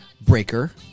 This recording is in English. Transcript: Breaker